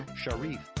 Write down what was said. sharif